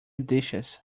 dishes